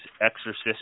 Exorcist